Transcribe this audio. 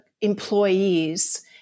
employees